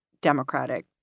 Democratic